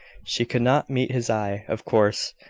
she could not meet his eye. of course,